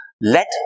let